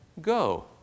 Go